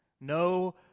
No